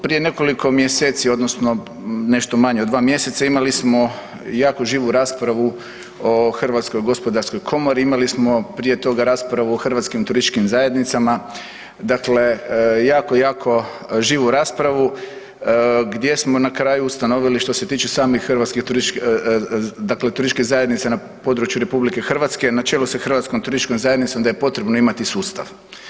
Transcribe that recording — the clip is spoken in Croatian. Prije nekoliko mjeseci odnosno nešto manje od 2 mjeseca imali smo jako živu raspravu o HGK, imali smo prije toga raspravu o Hrvatskim turističkim zajednicama, dakle jako, jako živu raspravu gdje smo na kraju ustanovili što se tiče samih hrvatskih turističke, dakle turističke zajednice na području RH na čelu sa Hrvatskom turističkom zajednicom da je potrebno imati sustav.